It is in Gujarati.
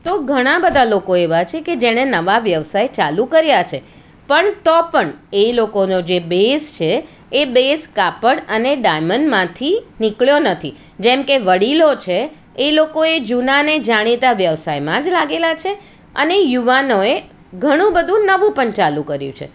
તો ઘણા બધા લોકો એવા છે જેણે નવા વ્યવસાય ચાલુ કર્યા છે પણ તો પણ એ લોકોનો જે બેઈસ છે એ બેઈસ કાપડ અને ડાયમંડમાંથી નીકળ્યો નથી જેમ કે વડીલો છે એ લોકો એ જૂના અને જાણીતા જ વ્યવસાયમાં જ લાગેલા છે અને યુવાનો એ ઘણું બધું નવું પણ ચાલુ કર્યું છે